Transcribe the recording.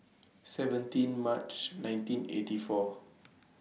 seventeen March nineteen eighty four